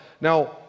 now